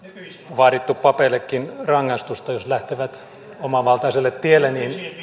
vaadittu papeillekin rangaistusta jos lähtevät omavaltaiselle tielle